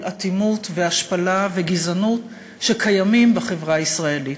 אטימות והשפלה וגזענות שקיימות בחברה הישראלית.